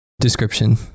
description